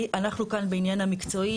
אנחנו כאן בעניין המקצועי,